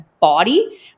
body